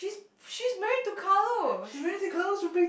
she's married to Carlos